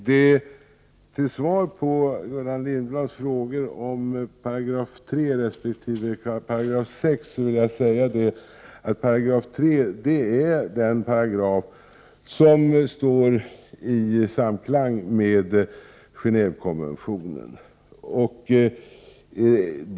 Herr talman! Som svar på Gullan Lindblads frågor om 3 § resp. 6 § vill säga att 3 § är den paragraf som står i samklang med Genévekonventionen.